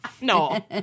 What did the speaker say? No